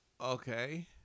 okay